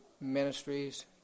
ministries